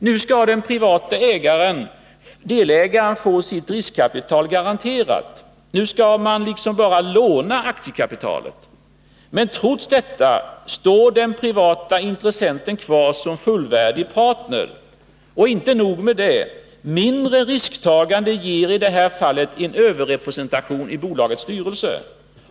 Nu skall den privata delägaren få sitt riskkapital garanterat. Nu skall man liksom bara låna aktiekapitalet. Men trots detta står den privata intressenten kvar som fullvärdig partner. Och inte nog med det. Mindre risktagande ger i det här fallet en överrepresentation i bolagets styrelse.